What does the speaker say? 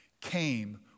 came